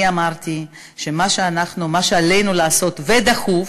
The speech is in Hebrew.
אני אמרתי שמה שעלינו לעשות, ודחוף,